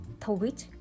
Twitch